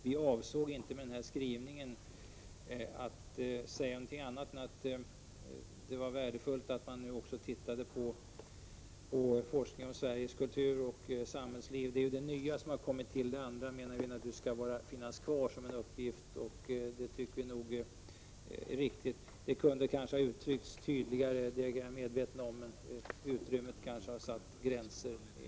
Vi avsåg inte med den här skrivningen att säga något annat än att det var värdefullt att man nu också tittade på forskningen om Sveriges kultur och samhällsliv. Det är det nya som har kommit till. Det andra menar vi naturligtvis skall finnas kvar som en uppgift. Det tycker vi är riktigt. Det kunde kanske ha uttryckts tydligare, det är jag medveten om. Men utrymmet har kanske i hastigheten satt gränser.